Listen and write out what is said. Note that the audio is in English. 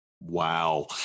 Wow